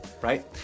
right